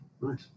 Nice